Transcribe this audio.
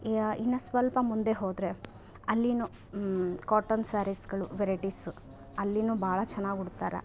ಯಾ ಇನ್ನು ಸ್ವಲ್ಪ ಮುಂದೆ ಹೋದರೆ ಅಲ್ಲಿಯೂ ಕಾಟನ್ ಸ್ಯಾರಿಸ್ಗಳು ವೆರೈಟಿಸ್ ಅಲ್ಲಿಯೂ ಭಾಳ ಚೆನ್ನಾಗಿ ಉಡ್ತಾರೆ